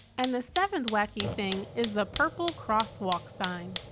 and the seventh wacky thing is the purple crosswalk sign.